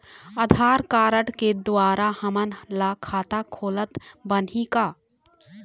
आधार card के द्वारा हमन ला खाता खोलत बनही का?